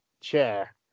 chair